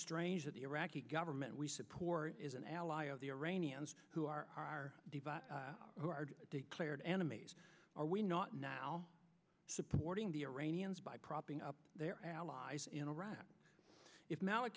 strange that the iraqi government we support is an ally of the iranians who are devout who are declared enemies are we not now supporting the iranians by propping up their allies in iraq if